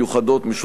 משותפות,